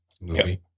movie